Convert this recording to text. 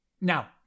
Now